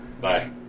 Bye